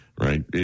Right